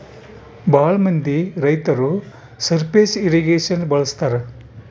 ಭಾಳ ಮಂದಿ ರೈತರು ಸರ್ಫೇಸ್ ಇರ್ರಿಗೇಷನ್ ಬಳಸ್ತರ